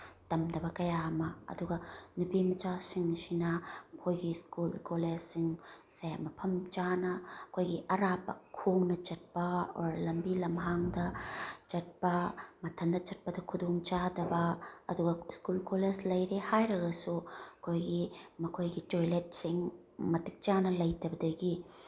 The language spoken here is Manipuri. ꯇꯝꯗꯕ ꯀꯌꯥ ꯑꯃ ꯑꯗꯨꯒ ꯅꯨꯄꯤ ꯃꯆꯥꯁꯤꯡꯁꯤꯅ ꯃꯈꯣꯏꯒꯤ ꯁ꯭ꯀꯨꯜ ꯀꯣꯂꯦꯖꯁꯤꯡꯁꯦ ꯃꯐꯝ ꯆꯥꯅ ꯑꯩꯈꯣꯏꯒꯤ ꯑꯔꯥꯞꯄ ꯈꯣꯡꯅ ꯆꯠꯄ ꯑꯣꯔ ꯂꯝꯕꯤ ꯂꯝꯍꯥꯡꯗ ꯆꯠꯄ ꯃꯊꯟꯗ ꯆꯠꯄꯗ ꯈꯨꯗꯣꯡꯆꯥꯗꯕ ꯑꯗꯨꯒ ꯁ꯭ꯀꯨꯜ ꯀꯣꯂꯦꯖ ꯂꯩꯔꯦ ꯍꯥꯏꯔꯒꯁꯨ ꯑꯩꯈꯣꯏꯒꯤ ꯃꯈꯣꯏꯒꯤ ꯇꯣꯏꯂꯦꯠꯁꯤꯡ ꯃꯇꯤꯛ ꯆꯥꯅ ꯂꯩꯇꯕꯗꯒꯤ